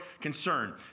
concern